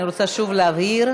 אני רוצה שוב להבהיר.